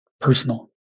personal